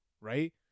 Right